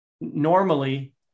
Normally